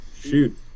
Shoot